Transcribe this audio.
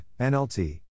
NLT